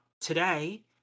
today